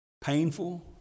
painful